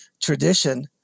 tradition